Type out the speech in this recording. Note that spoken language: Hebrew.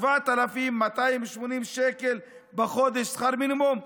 7,280 שקל בחודש שכר מינימום.